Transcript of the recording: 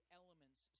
elements